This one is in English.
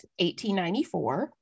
1894